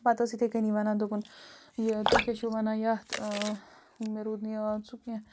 پَتہٕ ٲس یِتھَے کٔنی وَنان دوٚپُن یہِ تُہۍ کیٛاہ چھُو وَنان یَتھ مےٚ روٗد نہٕ یاد سُہ کیٚنٛہہ